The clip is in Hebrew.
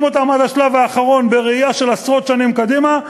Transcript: אותם עד השלב האחרון בראייה של עשרות שנים קדימה,